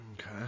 Okay